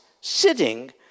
sitting